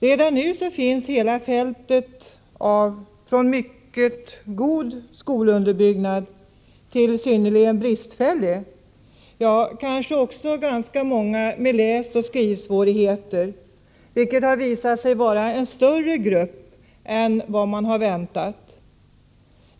Redan nu finns hela fältet från mycket god skolunderbyggnad till synnerligen bristfällig, ja, det finns även ganska många med läsoch skrivsvårigheter, vilket har visat sig vara en större grupp än vad man hade väntat.